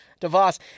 Devos